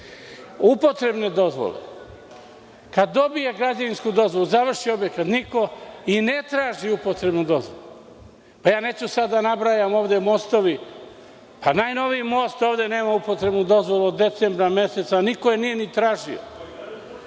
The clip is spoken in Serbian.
upotrebnih dozvola, kada dobije građevinsku dozvolu, završi objekat, niko i ne traži upotrebnu dozvolu. Neću sada da nabrajam ovde, mostovi. Pa, najnoviji most ovde nema upotrebnu dozvolu od decembra meseca. Niko je nije ni tražio.